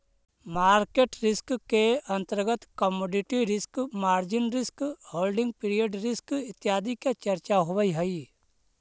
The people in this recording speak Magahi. मार्केट रिस्क के अंतर्गत commodity risk, margin risk, holding period risk इत्यादि के चर्चा होवऽ हई